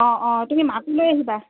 অঁ অঁ তুমি মাকো লৈ আহিবা